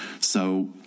So-